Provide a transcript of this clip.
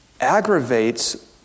aggravates